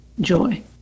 joy